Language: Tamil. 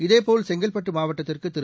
இதேபோல் செங்கல்பட்டு மாவட்டத்திற்கு திரு